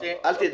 להציג.